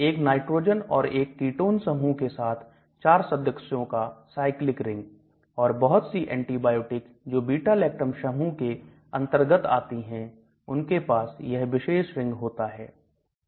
एक नाइट्रोजन और एक Ketone समूह के साथ 4 सदस्यों का Cyclic रिंग और बहुत सी एंटीबायोटिक जो Beta lactam समूह के अंतर्गत आती हैं उनके पास यह विशेष रिंग होता है